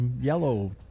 yellow